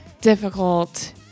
difficult